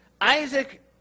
Isaac